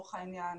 לצורך העניין.